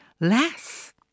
less